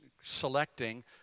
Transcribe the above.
selecting